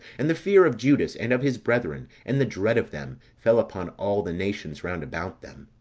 and the fear of judas, and of his brethren, and the dread of them, fell upon all the nations round about them.